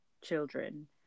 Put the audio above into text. children